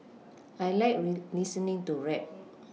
I like listening to rap